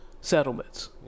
settlements